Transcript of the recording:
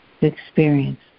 experience